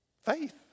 Faith